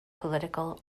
political